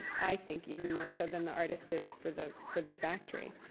i think, even more so than the artist is for the for the factory.